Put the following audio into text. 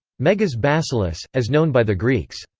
megas basileus, as known by the greeks.